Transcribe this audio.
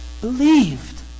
believed